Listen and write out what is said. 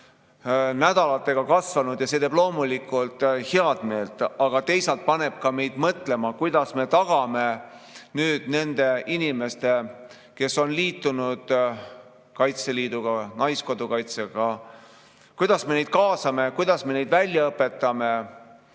tõsiselt kasvanud ja see teeb loomulikult head meelt, aga teisalt paneb meid mõtlema, kuidas me neid inimesi, kes on liitunud Kaitseliiduga, Naiskodukaitsega, kaasame, kuidas me neid välja õpetame,